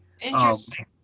Interesting